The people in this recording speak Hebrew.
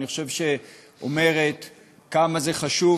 אני חושב שהיא אומרת כמה זה חשוב,